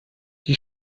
die